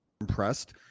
impressed